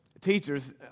teachers